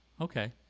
Okay